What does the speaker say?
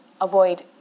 avoid